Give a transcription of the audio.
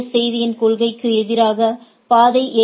S செய்தியின் கொள்கைக்கு எதிராக பாதை எ